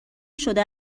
شده